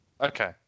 Okay